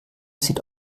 sieht